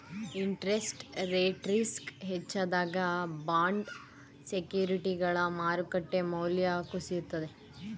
interest rate risk ಹೆಚ್ಚಾದಾಗ bond ಸೆಕ್ಯೂರಿಟಿಗಳ ಮಾರುಕಟ್ಟೆ ಮೌಲ್ಯ ಕುಸಿಯುತ್ತದೆ